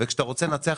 וכשאתה רוצה לנצח,